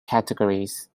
categories